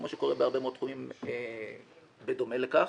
כמו שקורה בהרבה מאוד תחומים בדומה לכך,